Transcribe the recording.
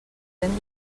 ben